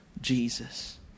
Jesus